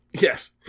Yes